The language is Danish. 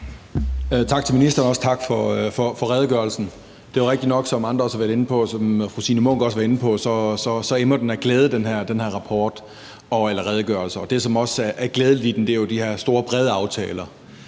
Tak til ministeren, og tak for redegørelsen. Det er jo rigtigt nok, som andre også har været inde på, og som fru Signe Munk også var inde på, at den her redegørelse emmer af glæde. Det, som også er glædeligt i den, er de her store brede aftaler.